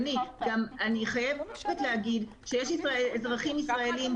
יש אזרחים ישראליים,